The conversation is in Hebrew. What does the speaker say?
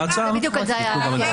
זה לא חובה.